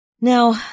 Now